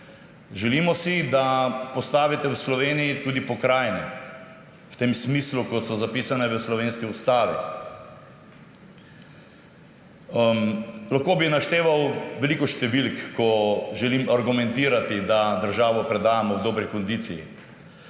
Želimo si, da postavite v Sloveniji tudi pokrajine v smislu, kot so zapisane v slovenski ustavi. Lahko bi našteval veliko številk, ko želim argumentirati, da državo predajamo v dobri kondiciji.